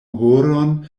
horon